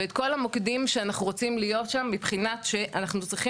ואת כל המוקדים שאנחנו רוצים להיות שם מבחינת שאנחנו צריכים